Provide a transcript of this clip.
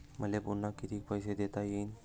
मले पुन्हा कितीक पैसे ठेवता येईन?